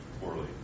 poorly